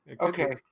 Okay